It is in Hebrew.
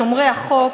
שומרי החוק,